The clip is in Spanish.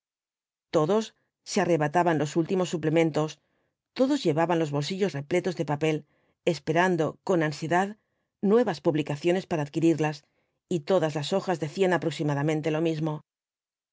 todos se arrebataban los últimos suplementos todos llevaban los bolsillos repletos de papel esperando con ansiedad nuevas publicaciones para adquirirlas y todas las hojas decían aproximadamente lo mismo